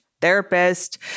therapist